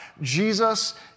Jesus